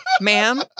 ma'am